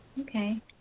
Okay